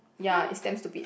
ya it's damn stupid